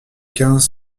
quinze